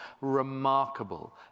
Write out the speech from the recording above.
remarkable